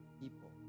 people